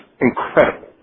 incredible